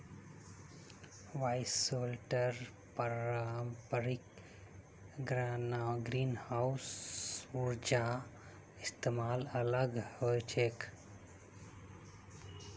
bioshelter पारंपरिक greenhouse स ऊर्जार इस्तमालत अलग ह छेक